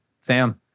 Sam